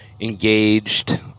engaged